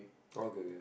okay